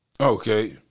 okay